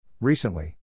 Recently